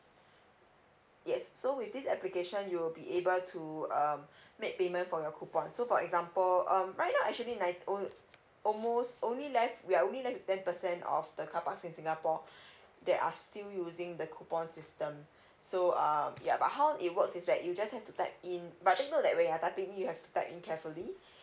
yes so with this application you will be able to um make payment for your coupon so for example um right now actually nine old almost only left we are only left with ten percent of the car parks in singapore that are still using the coupon system so um yeah how it works is that you just have to type in but take note that when you are typing you have to type in carefully